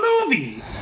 movie